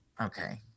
okay